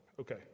Okay